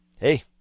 Hey